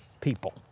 people